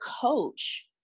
coach